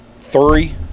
three